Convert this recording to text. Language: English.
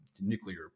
nuclear